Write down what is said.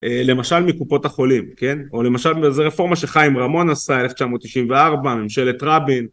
למשל מקופות החולים, כן. או למשל מאיזה רפורמה שחיים רמון עשה, 1994, ממשלת רבין.